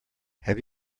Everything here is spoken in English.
have